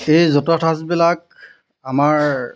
সেই জতুৱা ঠাঁচবিলাক আমাৰ